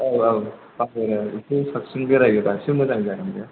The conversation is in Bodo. औ औ मा होनो बिदिनो साबसिन बेरायोबा इसे मोजां जायो बियो